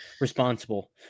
responsible